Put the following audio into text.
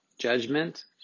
Judgment